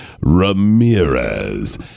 Ramirez